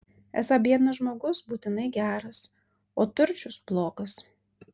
esą biednas žmogus būtinai geras o turčius blogas